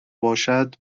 باشد